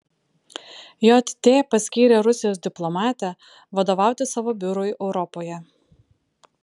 jt paskyrė rusijos diplomatę vadovauti savo biurui europoje